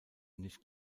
nicht